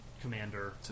commander